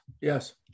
yes